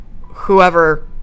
whoever